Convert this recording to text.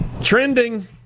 Trending